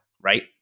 right